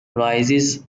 rises